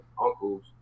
uncles